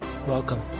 Welcome